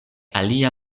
alia